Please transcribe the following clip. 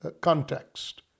context